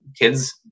kids